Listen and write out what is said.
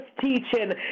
teaching